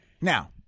Now